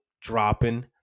dropping